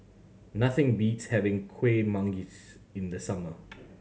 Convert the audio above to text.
nothing beats having Kuih Manggis in the summer